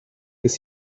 bis